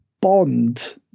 bond